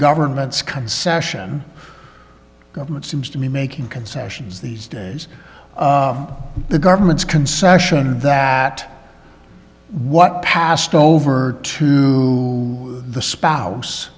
government's concession government seems to be making concessions these days the government's concession that what passed over to the spouse